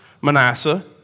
Manasseh